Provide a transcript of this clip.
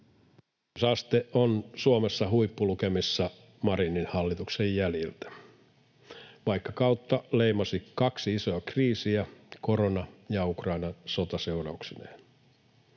on Suomessa huippulukemissa Marinin hallituksen jäljiltä, vaikka kautta leimasi kaksi isoa kriisiä: korona ja Ukrainan sota seurauksineen.